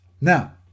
Now